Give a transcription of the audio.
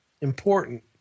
important